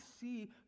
see